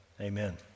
Amen